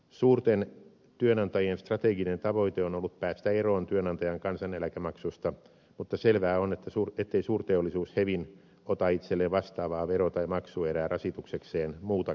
suurten työnantajien strateginen tavoite on ollut päästä eroon työnantajan kansaneläkemaksusta mutta selvää on ettei suurteollisuus hevin ota itselleen vastaavaa vero tai maksuerää rasituksekseen muuta kautta